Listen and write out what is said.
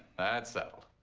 that's settled.